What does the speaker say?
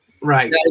Right